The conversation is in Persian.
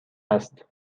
است